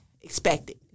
expected